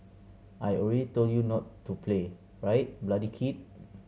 I already told you not to play right bloody kid